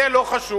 זה לא חשוב.